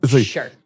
sure